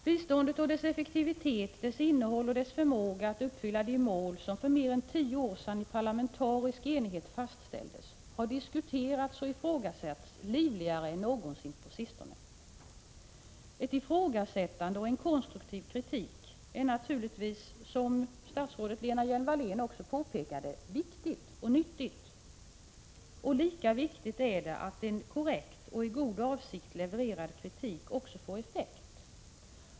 Biståndet och dess effektivitet, dess innehåll och dess förmåga att uppfylla de mål som för mer än tio år sedan i parlamentarisk enighet fastställdes, har diskuterats och ifrågasatts livligare än någonsin på sistone. Ett ifrågasättande och en konstruktiv kritik är naturligtvis, som statsrådet Lena Hjelm-Wallén också påpekade, viktigt och nyttigt. Lika viktigt är det att en korrekt och i god avsikt levererad kritik också får effekt.